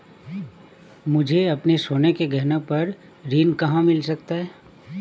मुझे अपने सोने के गहनों पर ऋण कहाँ मिल सकता है?